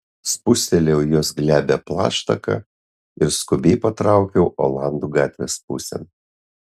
spustelėjau jos glebią plaštaką ir skubiai patraukiau olandų gatvės pusėn